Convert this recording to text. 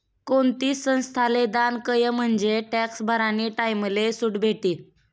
कोणती संस्थाले दान कयं म्हंजे टॅक्स भरानी टाईमले सुट भेटी